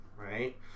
right